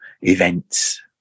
events